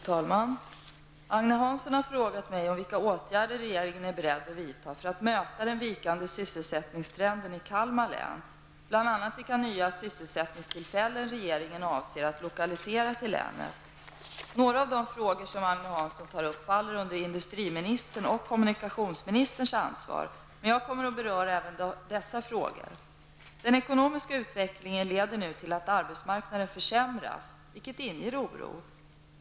Fru talman! Agne Hansson har frågat mig om vilka olika åtgärder regeringen är beredd att vidta för att möta den vikande sysselsättningstrenden i Kalmar län, bl.a. vilka nya sysselsättningstillfällen regeringen avser att lokalisera till länet. Några av de frågor som Agne Hansson tar upp faller under industriministerns och kommunikationsministerns ansvar, men jag kommer att beröra även dessa frågor. Den ekonomiska utvecklingen leder nu till att arbetsmarknaden försämras -- vilket inger oro.